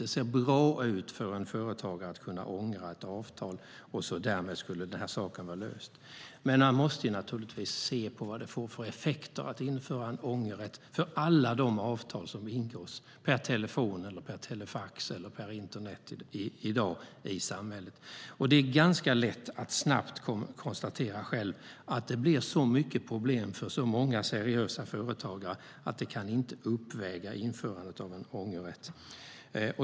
Det ser bra ut för en företagare att kunna ångra ett avtal, och man tänker sig att saken därmed skulle vara löst. Men man måste naturligtvis se vad en ångerrätt får för effekter för alla de avtal som ingås per telefon, telefax eller internet i samhället i dag. Det är ganska lätt att snabbt konstatera att det blir så mycket problem för många seriösa företagare att det inte kan uppväga införandet av en ångerrätt.